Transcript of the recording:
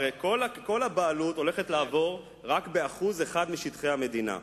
הרי כל הבעלות הולכת לעבור רק ב-1% משטחי המדינה.